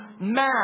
math